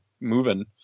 moving